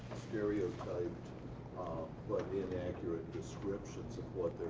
stereotyped by inaccurate descriptions of what they're